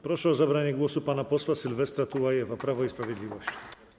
Proszę o zabranie głosu pana posła Sylwestra Tułajewa, Prawo i Sprawiedliwość.